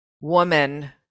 woman